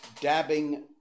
dabbing